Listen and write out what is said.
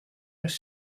les